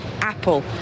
Apple